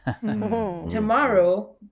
Tomorrow